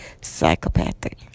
psychopathic